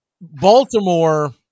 Baltimore